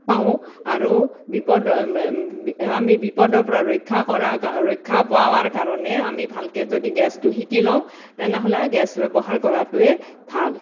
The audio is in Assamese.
পাওঁ আৰু বিপদৰ আমি বিপদৰ পৰা ৰক্ষা কৰা কাৰণে ৰক্ষা পোৱাৰ কাৰণে আমি ভালকৈ যদি গেছটো শিকি লওঁ তেনেহ'লে গেছ ব্যৱহাৰ কৰাটোৱে ভাল